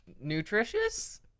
nutritious